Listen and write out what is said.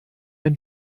ein